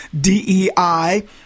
DEI